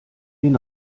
den